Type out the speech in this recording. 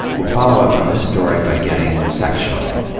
we'll follow up on this story by getting sectional,